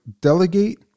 delegate